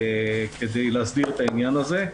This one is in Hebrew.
כדי להסדיר את העניין הזה.